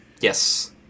Yes